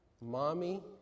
Mommy